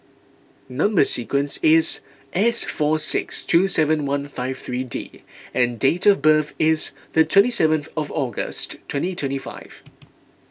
Number Sequence is S four six two seven one five three D and date of birth is the twenty seventh of August twenty twenty five